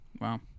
Wow